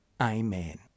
Amen